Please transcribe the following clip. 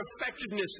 effectiveness